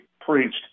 preached